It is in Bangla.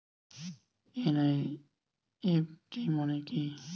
এন.ই.এফ.টি মনে কি?